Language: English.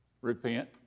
Repent